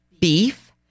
beef